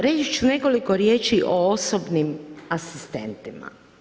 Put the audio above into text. Reći ću nekoliko riječi o osobnim asistentima.